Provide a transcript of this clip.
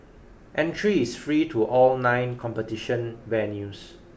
entry is free to all nine competition venues